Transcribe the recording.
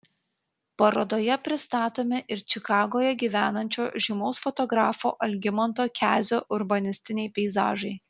parodoje pristatomi ir čikagoje gyvenančio žymaus fotografo algimanto kezio urbanistiniai peizažai